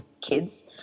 kids